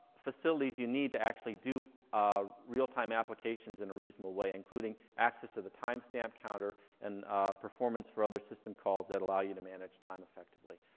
facilities you need to actually do ah real-time applications in a reasonable way, including access to the time stamp counter and performance for other system calls that allow you to manage time effectively.